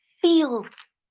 feels